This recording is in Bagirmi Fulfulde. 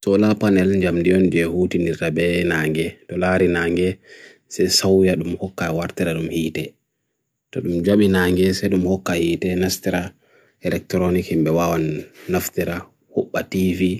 Tola pan elin jamdiyon je hootin nirabye nange, dolari nange se sawya dum hoqa wartera dum hii te. Todum jabi nange se dum hoqa hii te, nastera elektronikin bewaon naftera, hoqba tifi,